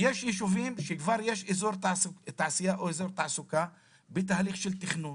ויש ישובים שכבר יש אזור תעשייה או אזור תעסוקה בתהליך של תכנון,